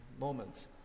moments